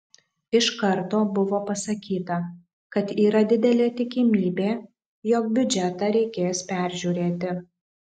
iš karto buvo pasakyta kad yra didelė tikimybė jog biudžetą reikės peržiūrėti